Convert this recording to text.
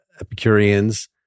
Epicureans